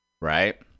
right